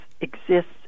exists